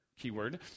keyword